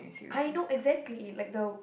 I know exactly it like the